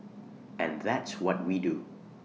and that's what we do